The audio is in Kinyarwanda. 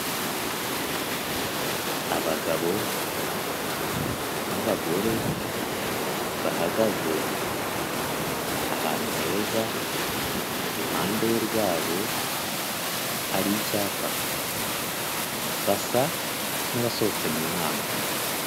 Abagabo n'abagore, bahagaze ahantu heza, iruhande rwabo hari icyapa, basa n'abasohotse mu nama.